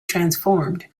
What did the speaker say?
transformed